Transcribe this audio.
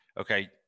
Okay